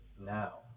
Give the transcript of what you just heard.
now